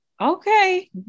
Okay